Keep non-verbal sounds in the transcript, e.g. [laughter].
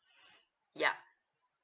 [breath] ya